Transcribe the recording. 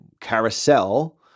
carousel